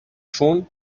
چون